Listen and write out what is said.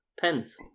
pens